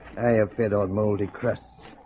i have fed on mouldy crust